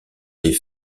des